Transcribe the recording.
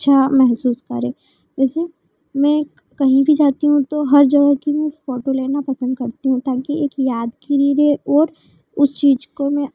अच्छा महसूस करें वैसे मैं कहीं भी जाती हूँ तो हर जगह की फोटो लेना पसंद करती हूँ ताकि एक याद के लिए भी और उस चीज को मैं